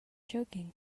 joking